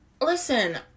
Listen